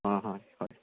অঁ হয় হয়